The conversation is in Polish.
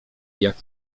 jak